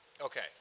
okay